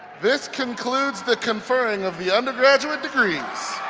this concludes the conferring of the undergraduate degrees.